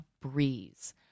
breeze